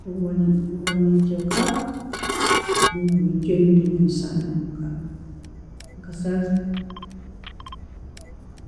Oburwa nyenkyakara, nendye ekiro, nindyenyamisana nenikara, nka saha.